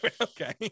Okay